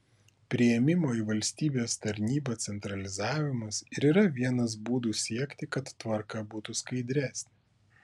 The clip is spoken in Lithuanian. priėmimo į valstybės tarnybą centralizavimas ir yra vienas būdų siekti kad tvarka būtų skaidresnė